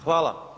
Hvala.